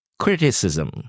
Criticism